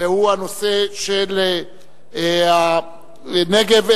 אין מתנגדים,